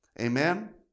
amen